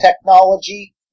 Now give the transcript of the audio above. technology